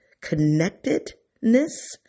connectedness